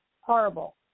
horrible